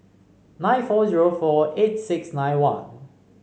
nine four zero four eight six nine one